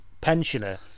pensioner